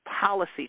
policy